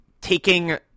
taking